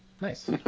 Nice